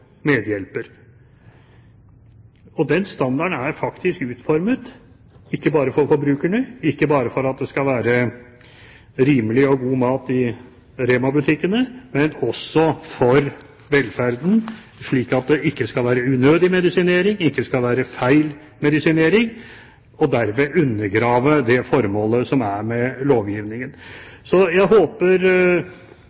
medhjelper. Den standarden er faktisk utformet ikke bare for forbrukerne, ikke bare for at det skal være rimelig og god mat i Rema-butikkene, men også for velferden, slik at det ikke skal være unødig medisinering og ikke feil medisinering, og derved undergrave formålet med lovgivningen.